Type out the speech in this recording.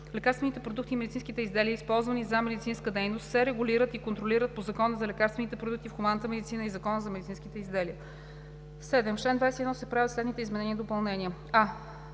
Лекарствените продукти и медицинските изделия, използвани за медицинска дейност, се регулират и контролират по Закона за лекарствените продукти в хуманната медицина и Закона за медицинските изделия.“ 7. В чл. 21 се правят следните изменения и допълнения: